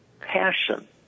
passion